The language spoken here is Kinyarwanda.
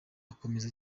akomeza